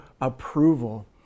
approval